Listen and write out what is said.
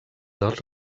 dels